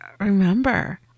remember